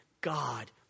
God